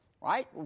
right